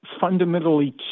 fundamentally